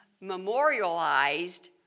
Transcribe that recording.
memorialized